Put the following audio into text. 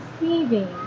receiving